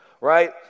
right